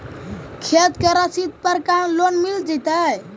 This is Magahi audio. खेत के रसिद पर का लोन मिल जइतै?